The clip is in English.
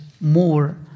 more